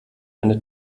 eine